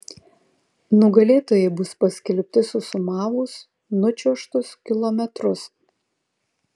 nugalėtojai bus paskelbti susumavus nučiuožtus kilometrus